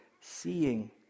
seeing